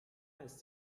ist